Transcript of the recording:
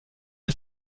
ist